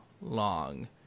long